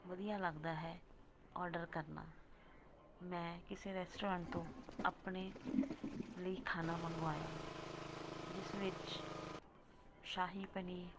ਵਧੀਆ ਲੱਗਦਾ ਹੈ ਆਰਡਰ ਕਰਨਾ ਮੈਂ ਕਿਸੇ ਰੈਸਟੋਰੈਂਟ ਤੋਂ ਆਪਣੇ ਲਈ ਖਾਣਾ ਮੰਗਵਾਇਆ ਜਿਸ ਵਿੱਚ ਸ਼ਾਹੀ ਪਨੀਰ